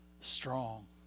strong